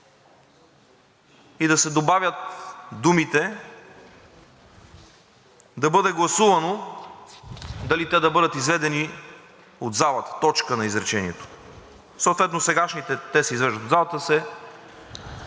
и да се добавят думите „да бъде гласувано дали те да бъдат изведени от залата“ точка на изречението, съответно сегашните „те се извеждат